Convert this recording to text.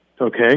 Okay